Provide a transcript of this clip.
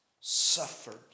suffered